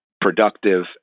productive